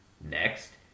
Next